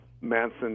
Manson